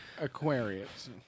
Aquarius